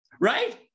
right